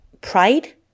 pride